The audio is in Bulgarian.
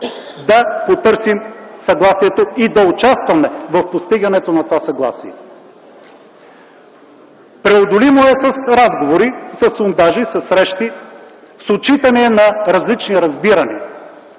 да потърсим съгласието и да участваме в постигането на такова съгласие. Преодолимо е с разговори, със сондажи, със срещи, с отчитане на различни разбирания.